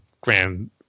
grand